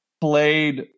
played